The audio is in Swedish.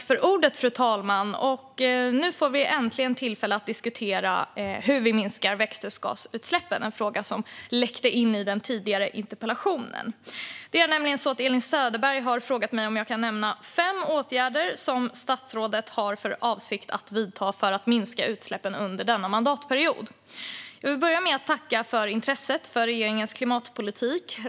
Fru talman! Nu får vi äntligen tillfälle att diskutera hur vi minskar växthusgasutsläppen. Det är en fråga som läckte in i den tidigare interpellationsdebatten. Det är nämligen så att Elin Söderberg har frågat mig om jag kan nämna fem åtgärder som jag har för avsikt att vidta för att minska utsläppen under denna mandatperiod. Jag vill börja med att tacka för intresset för regeringens klimatpolitik.